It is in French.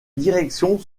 directions